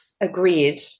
agreed